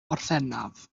orffennaf